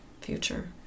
future